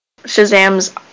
Shazam's